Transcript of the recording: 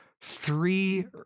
three